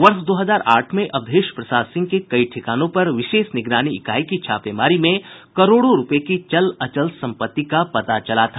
वर्ष दो हजार आठ में अवधेश प्रसाद सिंह के कई ठिकानों पर विशेष निगरानी इकाई की छापेमारी में करोड़ों रूपये की चल अचल संपत्ति का पता चला था